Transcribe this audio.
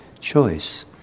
choice